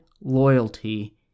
loyalty